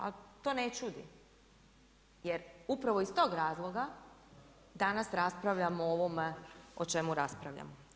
A to ne čudi jer upravo iz tog razloga danas raspravljamo o ovom o čemu raspravljamo.